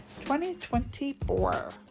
2024